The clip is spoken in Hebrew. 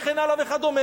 וכן הלאה וכדומה.